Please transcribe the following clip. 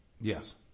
Yes